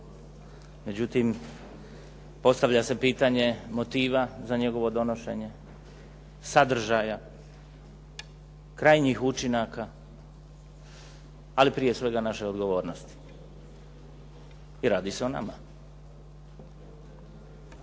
međutim postavlja se pitanje motiva za njegovo donošenje, sadržaja, krajnjih učinaka ali prije svega i naše odgovornosti i radi se o nama.